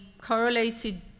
correlated